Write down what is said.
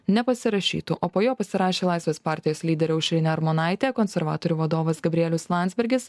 nepasirašytų o po jo pasirašė laisvės partijos lyderė aušrinė armonaitė konservatorių vadovas gabrielius landsbergis